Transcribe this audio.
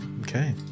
Okay